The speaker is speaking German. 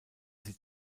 sie